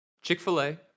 Chick-fil-A